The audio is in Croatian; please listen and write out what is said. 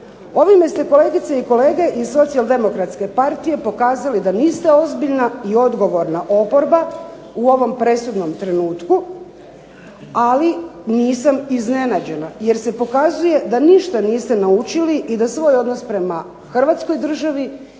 Ovime ste kolegice i kolege iz Socijaldemokratske partije pokazali da niste ozbiljna i odgovorna oporba u ovom presudnom trenutku, ali nisam iznenađena, jer se pokazuje da ništa niste naučili i da svoj odnos prema hrvatskoj državi